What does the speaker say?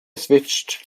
switched